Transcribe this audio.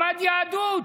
למד יהדות.